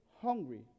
hungry